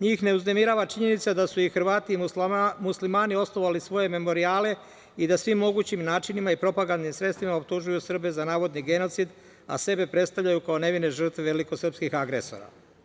Njih ne uznemirava činjenica da su i Hrvati i Muslimani osnovali svoje memorijale i da svim mogućim načinima i propagandnim sredstvima optužuju Srbe za navodni genocid, a sebe predstavljaju kao nevine žrtve velikosrpskih agresora.